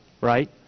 right